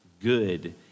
good